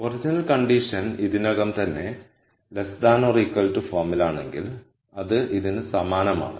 original condition ഇതിനകം തന്നെ ഫോമിലാണെങ്കിൽ അത് ഇതിന് സമാനമാണ്